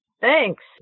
Thanks